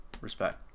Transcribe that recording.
respect